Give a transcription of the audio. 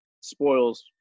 spoils